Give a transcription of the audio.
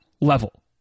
level